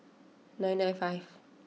nine nine five